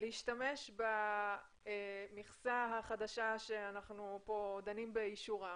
להשתמש במכסה החדשה שאנחנו דנים באישורה,